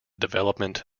development